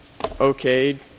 okayed